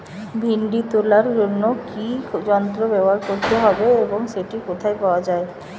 ভিন্ডি তোলার জন্য কি যন্ত্র ব্যবহার করতে হবে এবং সেটি কোথায় পাওয়া যায়?